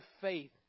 faith